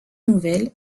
nouvelle